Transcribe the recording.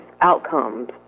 outcomes